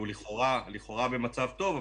שהוא לכאורה במצב טוב,